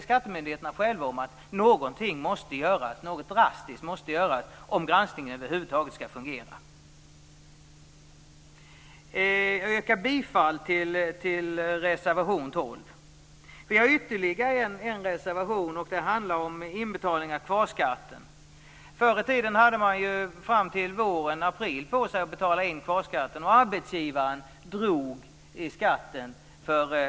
Skattemyndigheten själv säger ju att någonting drastiskt måste göras om granskningen över huvud taget skall fungera. Jag yrkar bifall till reservation 12. Vår andra reservation handlar om inbetalning av kvarskatt. Förr i tiden hade man fram till april på sig att betala in kvarskatt. Arbetsgivaren drog då kvarskatten.